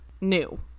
new